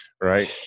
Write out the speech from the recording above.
right